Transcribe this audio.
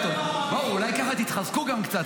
אולי ככה גם תתחזקו קצת,